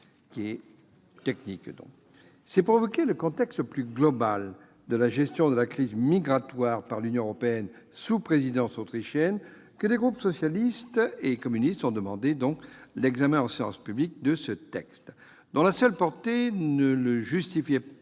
revenir sur le contexte plus global de la gestion de la crise migratoire par l'Union européenne sous présidence autrichienne que les groupes socialiste et républicain et CRCE ont demandé l'examen en séance publique de ce texte, dont la seule teneur ne le justifiait